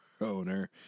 owner